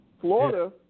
Florida